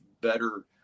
better